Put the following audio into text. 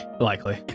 Likely